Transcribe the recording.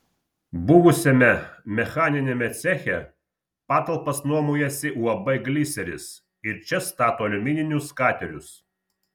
buvusiame mechaniniame ceche patalpas nuomojasi uab gliseris ir čia stato aliumininius katerius